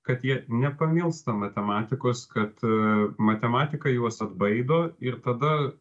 kad jie ne pamilsta matematikos kad matematika juos atbaido ir tada